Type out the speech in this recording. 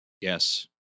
Yes